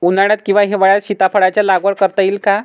उन्हाळ्यात किंवा हिवाळ्यात सीताफळाच्या लागवड करता येईल का?